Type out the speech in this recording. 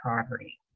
poverty